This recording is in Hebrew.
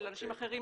אנשים אחרים